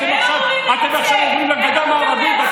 אתם עכשיו מדברים על הגדה המערבית,